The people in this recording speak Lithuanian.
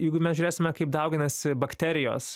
jeigu mes žiūrėsime kaip dauginasi bakterijos